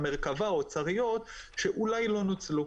המרכב"ה או האוצריות שאולי לא נוצלו,